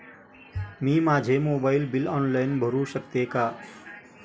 मी माझे mobile bill online भरू शकते का?